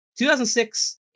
2006